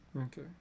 okay